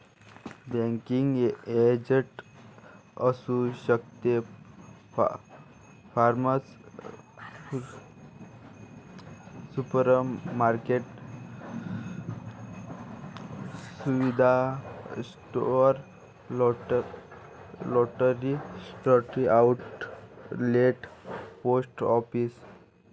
banking agent असू शकते pharmacy supermarket सुविधा store lottery outlet post office